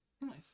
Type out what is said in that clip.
nice